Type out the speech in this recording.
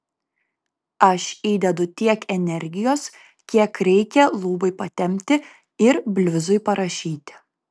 aš įdedu tiek energijos kiek reikia lūpai patempti ir bliuzui parašyti